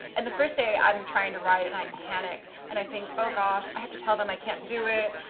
and the first day, i'm trying to write and i panic and i think, oh gosh, i have to tell them i can't do it.